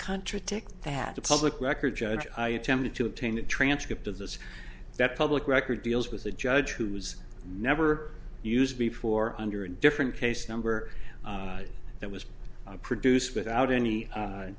contradict that the public record judge i attempted to obtain a transcript of those that public record deals with a judge who's never used before under a different case number that was produced without any